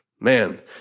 Man